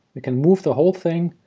we can move the whole thing,